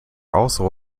also